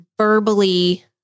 verbally